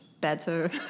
better